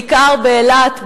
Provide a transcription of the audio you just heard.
בעיקר אילת,